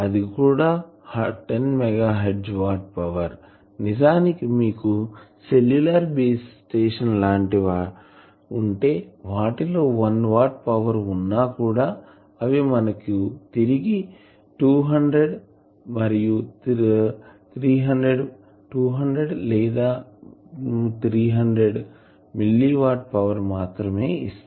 అది కూడా 10 mega hertz watt power నిజానికి మీకు సెల్యూలర్ బేస్ స్టేషన్ లాంటివి ఉంటే వాటిలో 1 వాట్ పవర్ వున్నా కూడా అవి మనకు తిరిగి 200 మరియు 300 మిల్లి వాట్ పవర్ మాత్రమే ఇస్తాయి